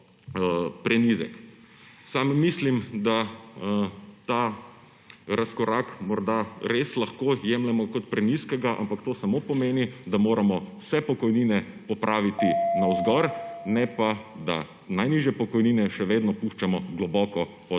prenizek. Sam mislim, da ta razkorak morda res lahko jemljemo kot prenizkega, ampak to samo pomeni, da moramo vse pokojnine popraviti navzgor, ne pa, da najnižje pokojnine še vedno puščamo globoko pod